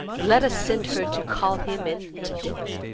let us send her to call him in to dinner.